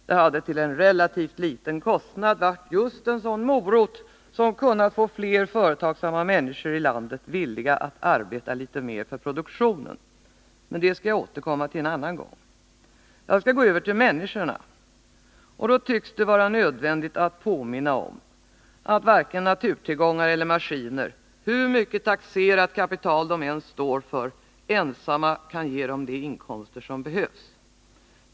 Det hade till en relativt liten kostnad varit just en sådan morot som hade kunnat få fler företagsamma människor i det här landet villiga att arbeta litet mer för produktionen. Men det får jag återkomma till en annan gång. Jag skall gå över till människorna. Det tycks då vara nödvändigt att påminna om att varken naturtillgångar eller maskiner, hur mycket taxerat kapital de än står för, ensamma kan ge oss de inkomster som behövs.